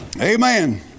Amen